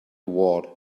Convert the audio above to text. ward